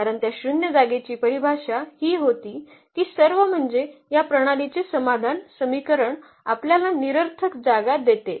कारण त्या शून्य जागेची परिभाषा ही होती की सर्व म्हणजे या प्रणालीचे समाधान संदर्भ पहा 3058 समीकरण आपल्याला निरर्थक जागा देते